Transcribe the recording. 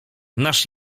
nasz